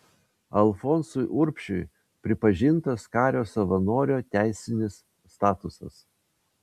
alfonsui urbšiui pripažintas kario savanorio teisinis statusas